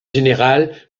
général